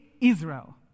Israel